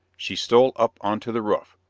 she stole up on to the roof,